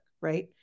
right